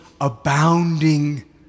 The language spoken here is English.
abounding